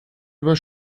über